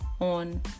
on